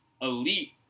elite